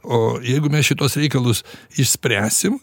o jeigu mes šituos reikalus išspręsim